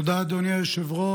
תודה, אדוני היושב-ראש.